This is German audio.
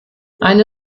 eine